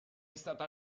stata